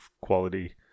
quality